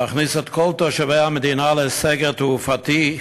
להכניס את כל תושבי המדינה לסגר תעופתי.